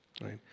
right